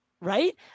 right